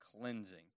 cleansing